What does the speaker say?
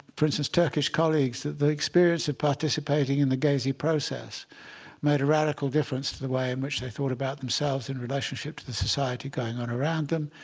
for instance, turkish colleagues that the experience of participating in the gezi process made a radical difference to the way in which they thought about themselves in relationship to the society going on around them.